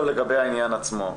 לגבי העניין עצמו,